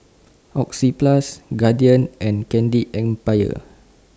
Oxyplus Guardian and Candy Empire